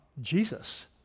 Jesus